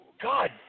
God